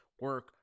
Work